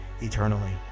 eternally